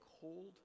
cold